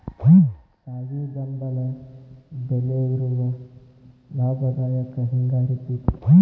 ಸಾವಿ ಬೆಂಬಲ ಬೆಲೆ ಇರುವ ಲಾಭದಾಯಕ ಹಿಂಗಾರಿ ಪಿಕ್